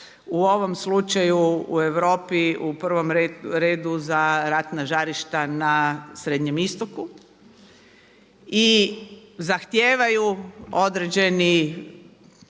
u ovom slučaju u Europi u prvom redu za ratna žarišta na srednjem istoku i zahtijevaju određeni